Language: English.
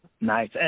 Nice